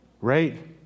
right